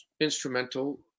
instrumental